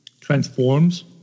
transforms